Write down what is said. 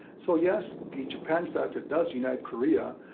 so yes, the japan factor does unite korea,